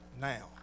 now